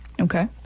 Okay